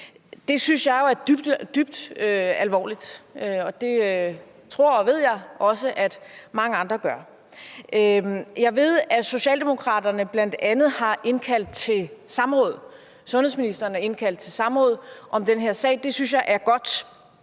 Det synes jeg jo er dybt alvorligt, og det tror og ved jeg at mange andre også synes. Jeg ved, at Socialdemokratiet bl.a. har kaldt sundhedsministeren i samråd om den her sag, og det synes jeg er godt.